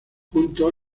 juntos